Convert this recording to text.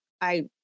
I-